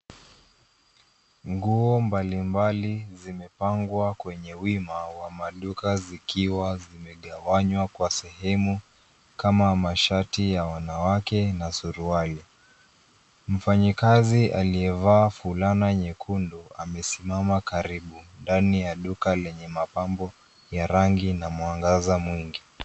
Nguo mbalimbali zimepangwa kwenye wima wa maduka zikiwa zimegawanywa kwa sehemu kama mashati ya wanawake na suruali. Mfanyikazi aliyevaa fulana nyekundu amesimama karibu ndani ya duka lenye mapambo ya rangi na mwangaza mwingi.